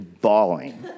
bawling